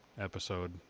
episode